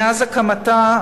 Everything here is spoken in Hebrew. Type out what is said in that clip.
מאז הקמתה,